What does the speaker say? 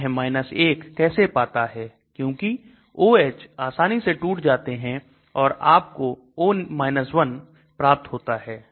यह 1 कैसे पाता है क्योंकि OH आसानी से टूट जाता है और आप हो O 1 प्राप्त होता है